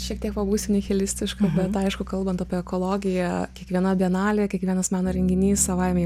šiek tiek pabūsiu nihilistiška aišku kalbant apie ekologiją kiekviena bienalė kiekvienas meno renginys savaime jau